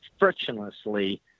frictionlessly